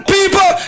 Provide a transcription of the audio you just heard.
people